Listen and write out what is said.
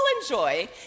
enjoy